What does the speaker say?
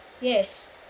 Yes